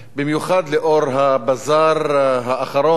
במיוחד לאור הבזאר האחרון,